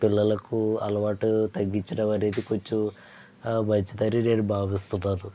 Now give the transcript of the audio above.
పిల్లలకు అలవాటు తగ్గించడం అనేది కొంచెం మంచిది అని నేను భావిస్తున్నాను